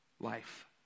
life